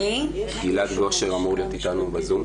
גלעד גושר אמור להיות אתנו בזום.